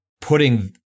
Putting